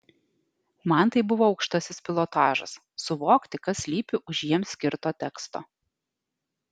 man tai buvo aukštasis pilotažas suvokti kas slypi už jiems skirto teksto